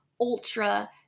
ultra